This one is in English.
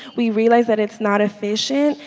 we realize it is not efficient.